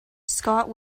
scott